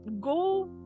go